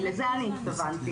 לזה אני התכוונתי.